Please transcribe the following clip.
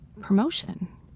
promotion